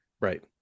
Right